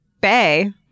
Bay